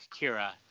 Kira